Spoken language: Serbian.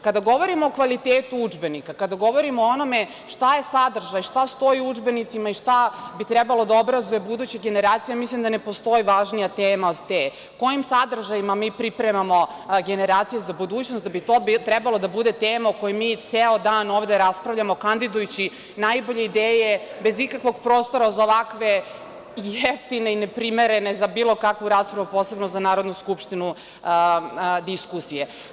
Kada govorimo o kvalitetu udžbenika, kada govorimo o onome šta je sadržaj, šta stoji u udžbenicima i šta bi trebalo da obrazujem buduće generacije, mislim da ne postoji važnije tema od te, kojim sadržajima mi pripremamo generacije za budućnost da bi to trebalo da bude tema o kojoj mi ovde ceo dan raspravljamo, kandidujući najbolje ideje bez ikakvog prostora za ovakve jeftine i neprimerene za bilo kakvu raspravu, posebno za Narodnu skupštinu, diskusije.